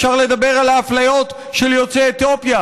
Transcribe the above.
אפשר לדבר על האפליות של יוצאי אתיופיה,